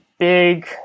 Big